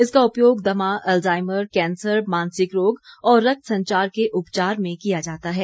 इसका उपयोग दमा अलजाईमर कैंसर मानसिक रोग और रक्त संचार के उपचार में किया जाता है